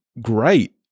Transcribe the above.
great